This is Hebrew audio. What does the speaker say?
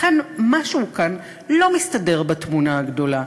לכן משהו כאן לא מסתדר בתמונה הגדולה.